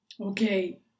Okay